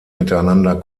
miteinander